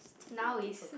now is